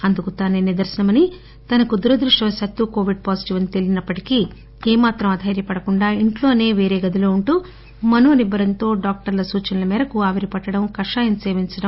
అందుకు తానే నిదర్పనమని తనకు దురదృష్ణవశాత్తు కోవిడ్ పాజిటివ్ అని తేలిందని ఏమాత్రం అదైర్యపడకుండా ఇంట్లోనే ప్రత్యేక గదిలో ఉంటూ మనోనిబ్బరంతో డాక్టర్ల సూచనల మేరకు ఆవిరి పట్లడంకషాయం సేవించడం